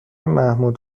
محمود